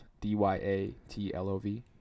D-Y-A-T-L-O-V